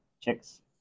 chick's